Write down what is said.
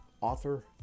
Author